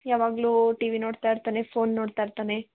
ಯಾವಾಗ್ಲೂ ಟಿವಿ ನೋಡ್ತಾ ಇರ್ತಾನೆ ಫೋನ್ ನೋಡ್ತಾ ಇರ್ತಾನೆ